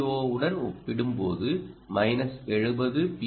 ஓ உடன் ஒப்பிடும்போது minus 70 B